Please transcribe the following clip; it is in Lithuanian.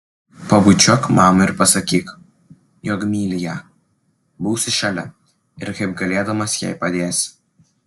pabučiuok mamą ir pasakyk jog myli ją būsi šalia ir kaip galėdamas jai padėsi